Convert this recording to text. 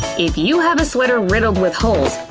if you have a sweater riddled with holes,